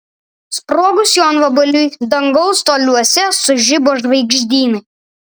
sprogus jonvabaliui dangaus toliuose sužibo žvaigždynai